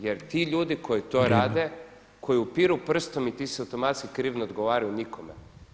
Jer ti ljudi koji to rade [[Upadica predsjednik: Vrijeme.]] koji upiru prstom i ti si automatski kriv, ne odgovaraju nikome.